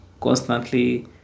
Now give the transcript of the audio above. constantly